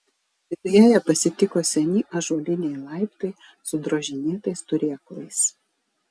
viduje ją pasitiko seni ąžuoliniai laiptai su drožinėtais turėklais